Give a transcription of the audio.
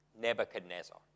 Nebuchadnezzar